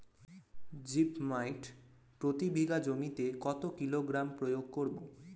Zip মাইট প্রতি বিঘা জমিতে কত কিলোগ্রাম প্রয়োগ করব?